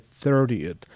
30th